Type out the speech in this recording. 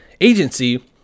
agency